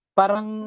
parang